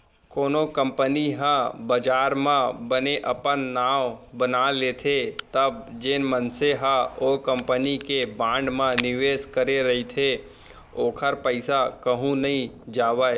कोनो कंपनी ह बजार म बने अपन नांव बना लेथे तब जेन मनसे ह ओ कंपनी के बांड म निवेस करे रहिथे ओखर पइसा कहूँ नइ जावय